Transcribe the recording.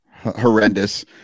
horrendous